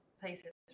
places